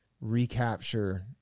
recapture